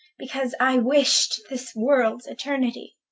because i wish'd this worlds eternitie.